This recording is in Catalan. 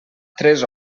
tres